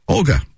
Olga